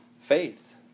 Faith